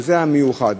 וזה המיוחד.